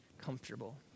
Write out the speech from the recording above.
comfortable